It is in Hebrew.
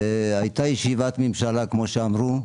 והייתה ישיבת ממשלה, כמו שאמרו,